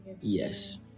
Yes